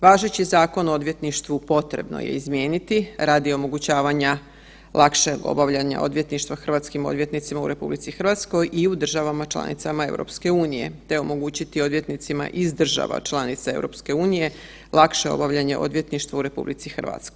Važeći Zakon o odvjetništvu potrebno je izmijeniti radi omogućavanja lakšeg obavljanja odvjetništva hrvatskim odvjetnicima u RH i u državama članicama EU, te omogućiti odvjetnicima iz država članica EU lakše obavljanje odvjetništva u RH.